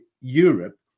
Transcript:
Europe